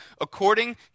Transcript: according